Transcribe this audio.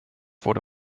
wurde